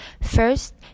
First